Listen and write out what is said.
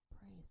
Praise